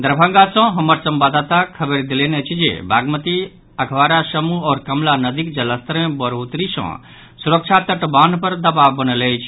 दरभंगा सँ हमर संवाददाता खबरि देलनि अछि जे बागमती अधवारा समूह आओर कमला नदीक जलस्तर मे बढ़ोतरी सँ सुरक्षा तटबान्ह पर दबाव बनल अछि